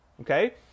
Okay